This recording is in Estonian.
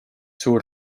suur